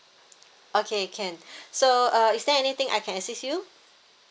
okay can so uh is there anything I can assist you